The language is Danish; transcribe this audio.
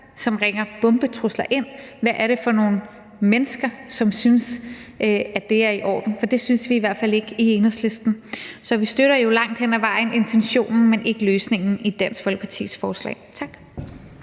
som ringer bombetrusler ind, og hvad det er for nogle mennesker, som synes, at det er i orden. For det synes vi i hvert fald ikke i Enhedslisten. Så vi støtter jo langt hen ad vejen intentionen, men ikke løsningen i Dansk Folkepartis beslutningsforslag. Tak.